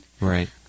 Right